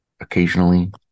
occasionally